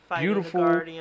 Beautiful